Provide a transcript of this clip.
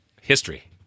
History